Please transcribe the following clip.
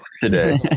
today